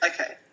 Okay